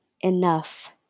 enough